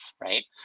right